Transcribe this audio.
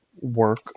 work